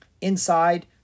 Inside